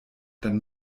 dann